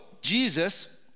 Jesus